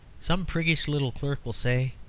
some priggish little clerk will say,